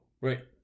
Right